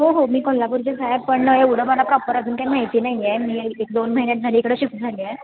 हो हो मी कोल्हापूरचीच आहे पण एवढं मला प्रॉपर अजून काही माहिती नाही मी एक दोन महिन्यात झाली इकडं शिफ्ट झाली आहे